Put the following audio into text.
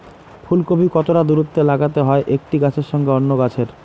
ফুলকপি কতটা দূরত্বে লাগাতে হয় একটি গাছের সঙ্গে অন্য গাছের?